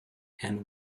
and